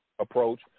approach